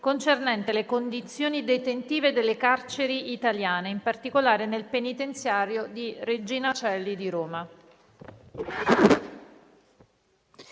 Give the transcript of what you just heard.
finestra") sulle condizioni detentive delle carceri italiane, in particolare nel penitenziario di Regina Coeli di Roma.